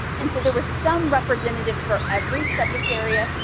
and so there was some representative from every subject area.